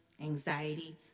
anxiety